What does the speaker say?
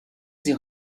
sie